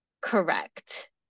correct